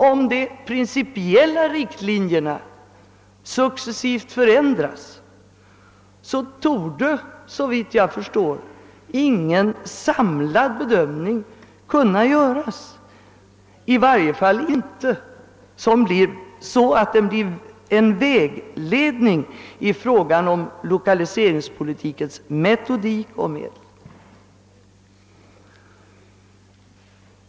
Om de principiella riktlinjerna successivt förändras, torde, såvitt jag förstår, ingen samlad bedömning kunna göras i varje fall inte så att den blir en vägledning i fråga om lokaliseringspolitikens metodik och medel.